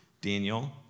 Daniel